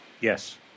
Yes